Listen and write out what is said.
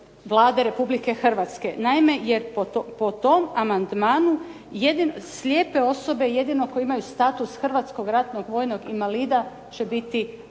Naime, jer po tom amandmanu slijepe osobe jedino koje imaju status HRVI-a će biti